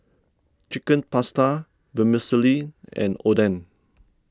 Chicken Pasta Vermicelli and Oden